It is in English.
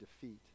defeat